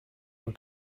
were